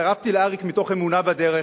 הצטרפתי לאריק מתוך אמונה בדרך